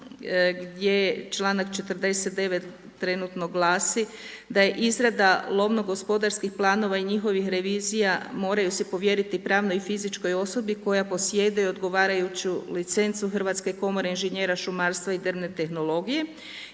gdje članak 49. trenutno glasi da je izrada lovno-gospodarskih planova i njihovih revizija moraju se povjeriti pravnoj i fizičkoj osobi koja posjeduje i odgovarajuću licencu Hrvatske komore inženjera šumarstva i drvne tehnologije.